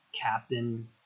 captain